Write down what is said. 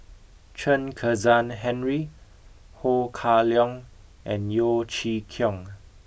Chen Kezhan Henri Ho Kah Leong and Yeo Chee Kiong